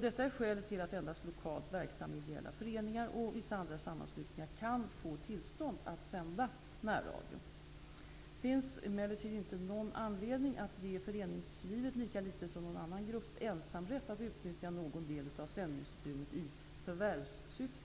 Detta är skälet till att endast lokalt verksamma ideella föreningar och vissa andra sammanslutningar kan få tillstånd att sända närradio. Det finns emellertid inte någon anledning att ge föreningslivet -- lika litet som någon annan grupp -- ensamrätt att utnyttja någon del av sändningsutrymmet i förvärvssyfte.